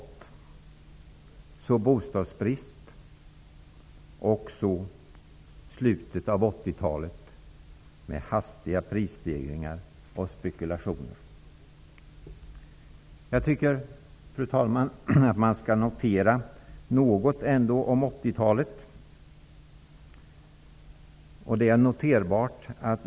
Så får vi återigen bostadsbrist och därefter kom slutet av 80 talet med hastiga prisstegringar och spekulationer. Fru talman! Jag tycker att vi ändå skall notera något om 80-talet.